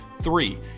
three